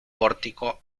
pórtico